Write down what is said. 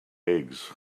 eggs